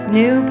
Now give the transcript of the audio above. new